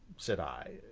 said i,